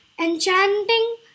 Enchanting